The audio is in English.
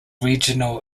regional